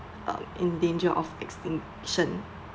um in danger of extinction